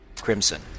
crimson